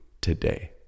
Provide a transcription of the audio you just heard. today